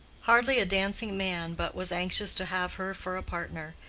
hardly a dancing man but was anxious to have her for a partner,